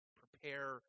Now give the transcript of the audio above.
prepare